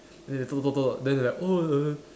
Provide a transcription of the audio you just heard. then they talk talk talk then they like oh the